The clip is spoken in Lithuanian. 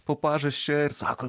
po pažasčia ir sako